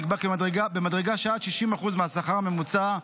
נקבע כי במדרגה של עד 60% מהשכר הממוצע,